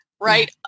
right